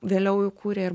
vėliau įkūrė